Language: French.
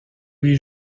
les